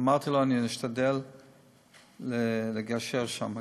אמרתי לו שאני אשתדל לגשר שם.